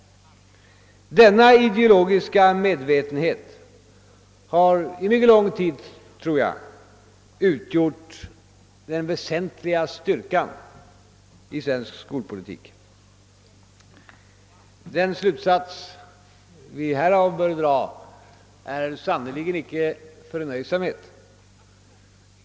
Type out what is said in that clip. Denna ideologiska medvetenhet har under mycket lång tid, tror jag, ut Slort den väsentliga styrkan i svensk skolpolitik. Den slutsats vi härav bör dra är san Nerligen icke förnöjsamhet.